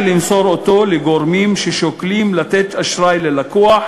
למסור אותו לגורמים ששוקלים לתת אשראי ללקוח,